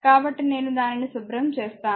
కాబట్టి నేను దానిని శుభ్రం చేస్తాను